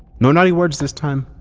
no naughty words this time,